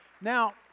now